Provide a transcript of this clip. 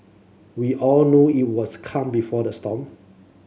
we all know it was the calm before the storm